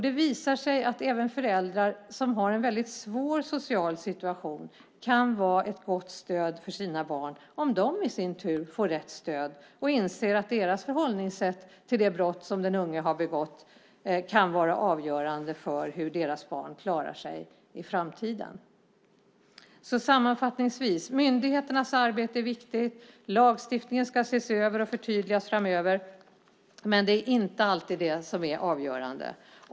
Det visar sig att även föräldrar som har en väldigt svår social situation kan vara ett gott stöd för sina barn om de i sin tur får rätt stöd och inser att deras förhållningssätt till det brott som den unge har begått kan vara avgörande för hur deras barn klarar sig i framtiden. Sammanfattningsvis: Myndigheternas arbete är viktigt. Lagstiftningen ska ses över och förtydligas framöver. Men det är inte alltid det som är avgörande.